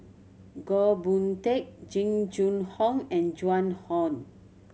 Goh Boon Teck Jing Jun Hong and Joan Hon